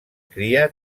cria